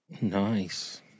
Nice